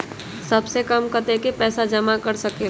सबसे कम कतेक पैसा जमा कर सकेल?